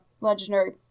legendary